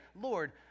Lord